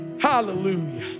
Hallelujah